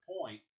point